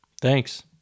Thanks